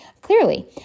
clearly